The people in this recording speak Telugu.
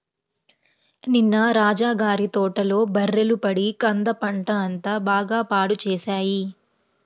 నిన్న రాజా గారి తోటలో బర్రెలు పడి కంద పంట అంతా బాగా పాడు చేశాయి